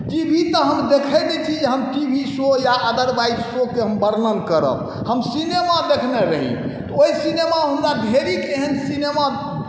T V तऽ हम देखै नहि छी जे हम टी वी शो या अदरवाइज शो के हम वर्णन करब हम सिनेमा देखने रही तऽ ओहि सिनेमामे हमरा ढेरी एहन सिनेमा